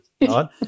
right